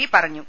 P പറഞ്ഞു